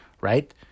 right